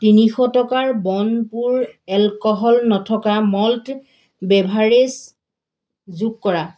তিনিশ টকাৰ বনপুৰ এলকহল নথকা মল্ট বেভাৰেজ যোগ কৰা